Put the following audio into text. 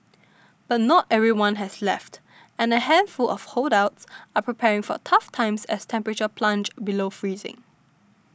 but not everyone has left and a handful of holdouts are preparing for tough times as temperatures plunge below freezing